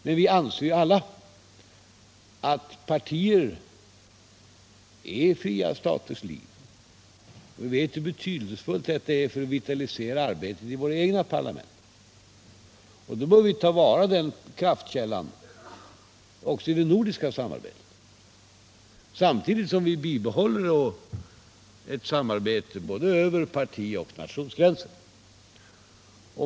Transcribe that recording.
Men vi anser ju alla att partier är fria staters liv. Vi vet hur betydelsefullt — Nr 33 det systemet är för att vitalisera arbetet i våra egna parlament. Då bör Onsdagen den vi ta till vara den kraftkällan också i det nordiska samarbetet, samtidigt 23 november 1977 som vi bibehåller ett samarbete över både partioch nationsgränser.